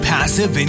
Passive